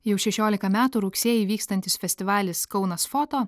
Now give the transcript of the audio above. jau šešiolika metų rugsėjį vykstantis festivalis kaunas foto